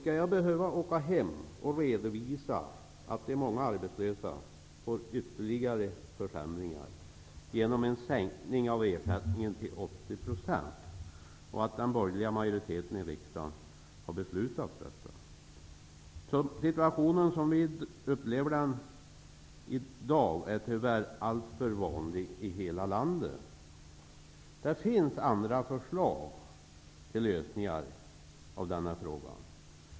Skall jag behöva åka hem och redovisa att de många arbetslösa får ytterligare försämringar genom en sänkning av ersättningen till 80 %, och att den borgerliga majoriteten i riksdagen beslutat om detta? Den situation som vi upplever i dag är tyvärr alltför vanlig i hela landet. Det finns andra förslag till lösningar av detta problem.